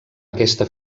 aquesta